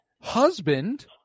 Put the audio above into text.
Husband